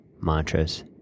mantras